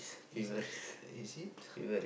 is it is it